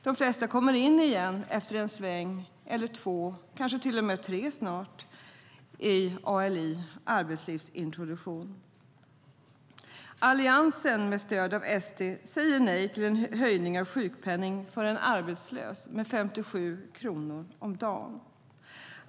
De flesta kommer in igen efter en sväng eller två - kanske till och med tre snart - i ALI, arbetslivsintroduktion. Alliansen med stöd av SD säger nej till en höjning av sjukpenningen för en arbetslös med 57 kronor om dagen.